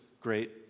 great